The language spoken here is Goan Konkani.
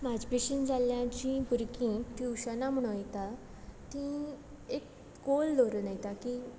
म्हाजे भशेन जाल्ल्यांचीं भुरगीं ट्युशनां म्हूण वयता तीं एक गोल दवरून वयता की